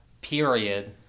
period